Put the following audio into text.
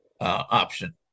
option